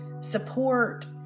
support